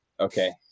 Okay